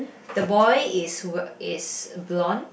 the boy is w~ is blonde